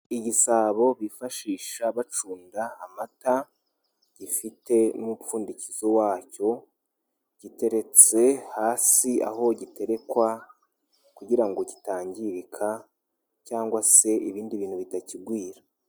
Igisabo bifashisha bacunda amata gifite n'umupfundikizi wacyo giteretse hasi aho giterekwa kugira ngo gitangirika cyangwa se ibindi bintu bitakigwira.